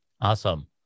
Awesome